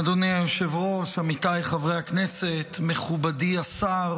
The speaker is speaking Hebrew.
אדוני היושב-ראש, עמיתיי חברי הכנסת, מכובדי השר